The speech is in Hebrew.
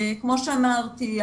כמו שאמרתי,